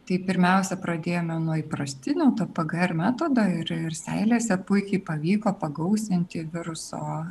tai pirmiausia pradėjome nuo įprastinio pgr metodą ir seilėse puikiai pavyko pagausinti viruso